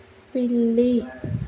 పిల్లి